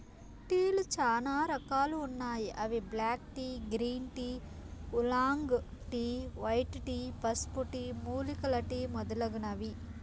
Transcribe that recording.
టీలు చానా రకాలు ఉన్నాయి అవి black tea, green tea, oolong tea, white tea, పసుపు టీ, మూలికల టీ మొదలైనవి